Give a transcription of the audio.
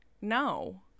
No